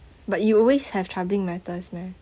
but you always have troubling matters meh